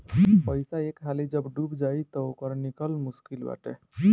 पईसा एक हाली जब डूब जाई तअ ओकर निकल मुश्लिक बाटे